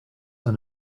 and